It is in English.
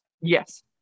Yes